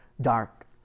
dark